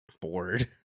bored